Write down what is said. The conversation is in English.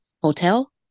hotel